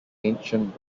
ancient